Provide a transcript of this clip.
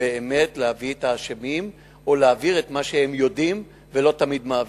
באמת להביא את האשמים או להעביר את מה שהם יודעים ולא תמיד מעבירים.